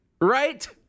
Right